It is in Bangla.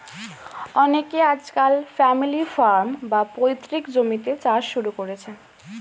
অনেকে আজকাল ফ্যামিলি ফার্ম, বা পৈতৃক জমিতে চাষ শুরু করেছেন